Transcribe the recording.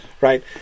right